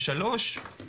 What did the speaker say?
דבר שלישי,